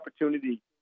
opportunity